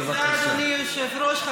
תודה אדוני היושב-ראש.